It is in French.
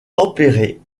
tempéré